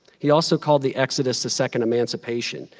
he also called the exodus the second emancipation,